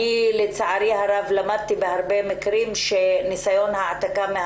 לצערי הרב למדתי בהרבה מקרים שניסיון העתקה מן